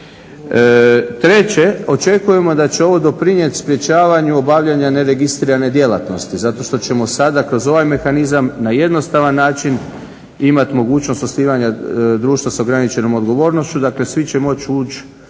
Treće, očekujemo da će ovo doprinijet sprečavanju obavljanja neregistrirane djelatnosti zato što ćemo sada kroz ovaj mehanizam na jednostavan način imat mogućnost osnivanja društva s ograničenom odgovornošću, dakle svi će moći ući